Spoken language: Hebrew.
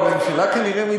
איפה היית ומה עשית?